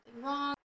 wrong